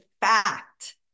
fact